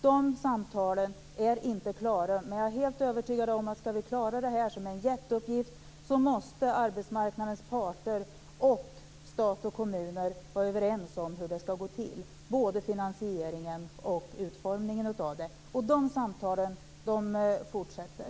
De samtalen är inte avslutade. Men jag är helt övertygad om att skall vi klara detta, som är en jätteuppgift, måste arbetsmarknadens parter och stat och kommuner vara överens om hur det skall gå till, både vad gäller finansieringen och utformningen. De samtalen fortsätter.